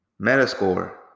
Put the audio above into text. Metascore